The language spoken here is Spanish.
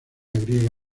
griega